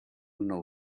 nou